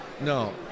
No